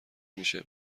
میشه